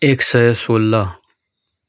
एक सय सोह्र